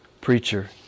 preacher